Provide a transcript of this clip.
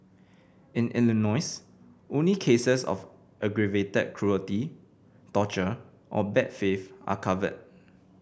in Illinois only cases of aggravated cruelty torture or bad faith are covered